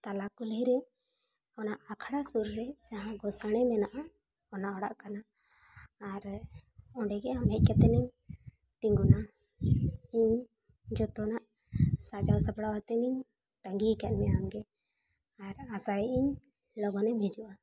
ᱛᱟᱞᱟ ᱠᱩᱞᱦᱤᱨᱮ ᱚᱱᱟ ᱟᱠᱷᱲᱟ ᱥᱩᱨ ᱨᱮ ᱡᱟᱦᱟᱸ ᱜᱚᱸᱥᱟᱲᱮ ᱦᱮᱱᱟᱜᱼᱟ ᱚᱱᱟ ᱚᱲᱟᱜ ᱠᱟᱱᱟ ᱟᱨ ᱚᱸᱰᱮᱜ ᱦᱟᱸᱜ ᱦᱮᱡ ᱠᱟᱛᱮ ᱮᱢ ᱛᱤᱸᱜᱩᱱᱟ ᱤᱧ ᱡᱚᱛᱚᱱᱟᱜ ᱥᱟᱡᱟᱣ ᱥᱟᱯᱲᱟᱣ ᱠᱟᱛᱮᱱᱤᱧ ᱛᱟᱸᱜᱤᱭ ᱠᱟᱫ ᱢᱮᱭᱟ ᱟᱢᱜᱮ ᱟᱨ ᱟᱥᱟᱭᱮᱜ ᱟᱹᱧ ᱞᱚᱜᱚᱱᱮᱢ ᱦᱤᱡᱩᱜᱼᱟ